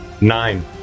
Nine